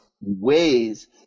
ways